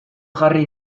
jarri